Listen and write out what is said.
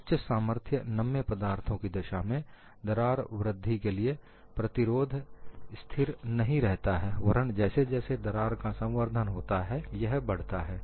उच्च सामर्थ्य नम्य पदार्थों की दशा में दरार वृद्धि के लिए प्रतिरोध स्थिर नहीं रहता है वरन जैसे जैसे दरार का संवर्धन होता है यह बढ़ता है